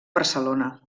barcelona